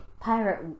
Pirate